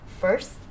first